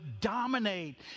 dominate